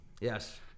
Yes